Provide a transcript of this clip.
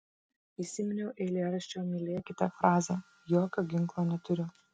įsiminiau eilėraščio mylėkite frazę jokio ginklo neturiu